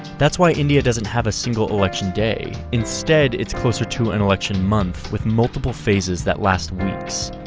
that's why india doesn't have a single election day, instead, it's closer to an election month with multiple phases that last weeks.